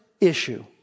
issue